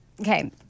Okay